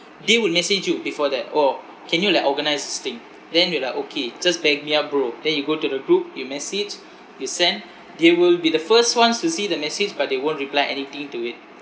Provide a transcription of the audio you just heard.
they will message you before that orh can you like organise this thing then you like okay just back me up bro then you go to the group you message you send they will be the first ones to see the message but they won't reply anything to it